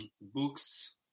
books